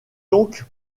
donc